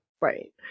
Right